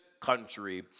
country